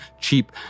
cheap